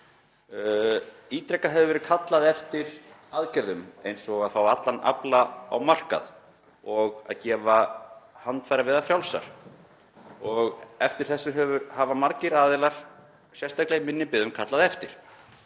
Ítrekað hefur verið kallað eftir aðgerðum eins og að fá allan afla á markað og að gefa handfæraveiðar frjálsar. Eftir því hafa margir aðilar, sérstaklega í minni byggðum, kallað.